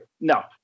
No